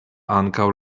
ankaŭ